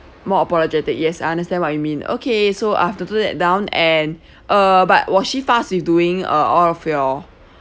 more apologetic yes I understand what you mean okay so I've to to note that down and uh but was she fast with doing uh all of your